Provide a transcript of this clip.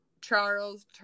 charles